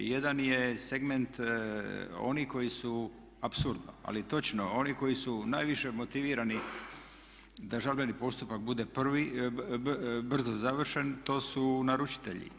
Jedan je segment oni koji su apsurdno, ali točno oni koji su najviše motivirani da žalbeni postupak bude brzo završen to su naručitelji.